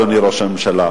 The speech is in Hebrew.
אדוני ראש הממשלה?